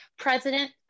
President